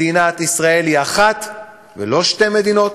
מדינת ישראל היא אחת, ולא שתי מדינות,